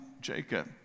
Jacob